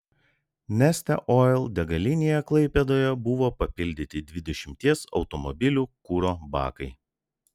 neste oil degalinėje klaipėdoje buvo papildyti dvidešimties automobilių kuro bakai